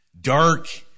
dark